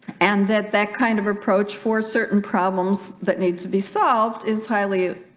and that that kind of approach for certain problems that need to be solved is highly